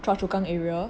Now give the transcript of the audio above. choa chu kang area